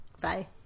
Bye